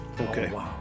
Okay